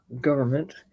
government